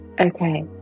okay